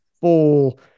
full